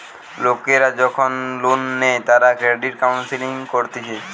লোকরা যখন লোন নেই তারা ক্রেডিট কাউন্সেলিং করতিছে